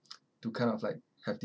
to kind of like have